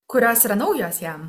kurios yra naujos jam